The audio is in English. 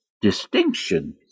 distinction